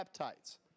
peptides